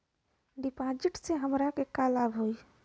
डिपाजिटसे हमरा के का लाभ होई?